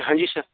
हाँ जी सर